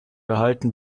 erhalten